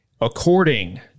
According